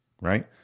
right